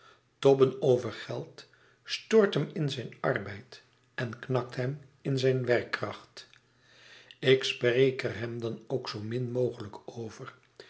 tobben over geld stoort hem in zijn arbeid en knakt hem in zijn werkkracht ik spreek er hem dan ook zoo min mogelijk over